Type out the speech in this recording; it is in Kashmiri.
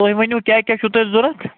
تُہۍ ؤنِو کیٛاہ کیٛاہ چھُ تۄہہِ ضرورَت